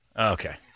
Okay